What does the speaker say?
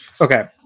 Okay